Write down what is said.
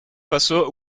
faso